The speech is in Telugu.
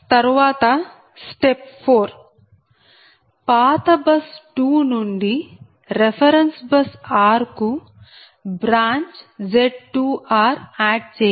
తరువాత స్టెప్ 4 పాత బస్ 2 నుండి రెఫెరెన్స్ బస్ r కు బ్రాంచ్ Z2r ఆడ్ చేయండి